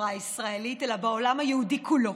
בחברה הישראלית אלא בעולם היהודי כולו,